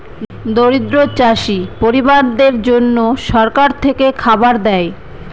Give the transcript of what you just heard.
দরিদ্র চাষী পরিবারদের জন্যে সরকার থেকে খাবার দেয়